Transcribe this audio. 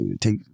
take